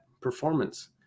performance